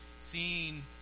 seeing